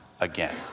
again